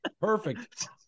Perfect